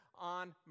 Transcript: on